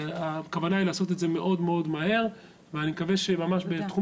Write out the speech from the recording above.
הכוונה היא לעשות את זה מאוד-מאוד מהר ואני מקווה שממש בתחום